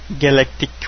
Galactic